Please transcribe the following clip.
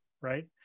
right